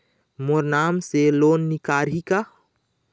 मोर नाम से लोन निकारिही का?